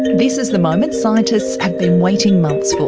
this is the moment scientists have been waiting months for.